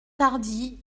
tardy